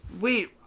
Wait